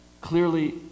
Clearly